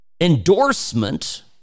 endorsement